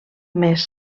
més